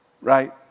Right